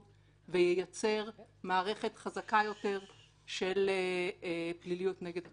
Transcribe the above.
וייצר מערכת חזקה יותר של פליליות נגד התופעה.